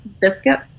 biscuit